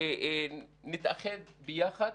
נתאחד ביחד,